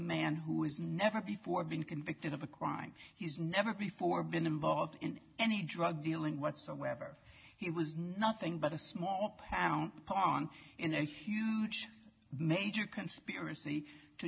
man who is never before been convicted of a crime he's never before been involved in any drug dealing whatsoever he was nothing but a small pound pawn in a huge major conspiracy to